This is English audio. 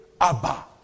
Abba